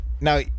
now